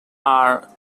are